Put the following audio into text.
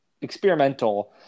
experimental